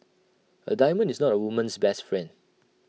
A diamond is not A woman's best friend